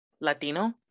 Latino